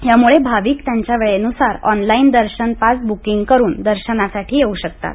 यामुळे भाविक त्यांच्या वेळेन्सार ऑनलाईन दर्शन पास ब्किंग करून दर्शनासाठी येऊ शकतात